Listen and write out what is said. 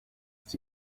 iki